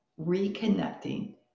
reconnecting